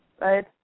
right